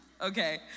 Okay